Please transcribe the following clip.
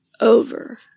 over